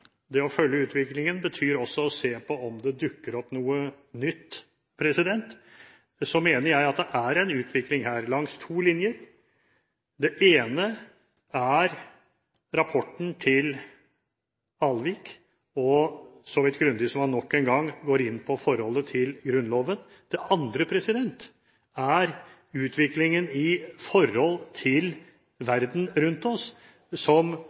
det å følge utviklingen betyr også å se på om det dukker opp noe nytt – mener jeg at det er en utvikling her, langs to linjer: Det ene er rapporten til Alvik, og så vidt grundig som han nok en gang går inn på forholdet til Grunnloven, det andre er utviklingen i forhold til verden rundt oss.